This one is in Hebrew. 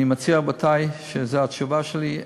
פשוט אני לפעמים רואה גם ערוצים בטלוויזיה מרוסיה,